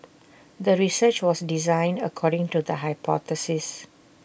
the research was designed according to the hypothesis